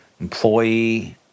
employee